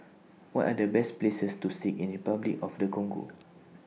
What Are The Best Places to See in Repuclic of The Congo